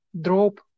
drop